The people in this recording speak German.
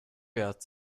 bert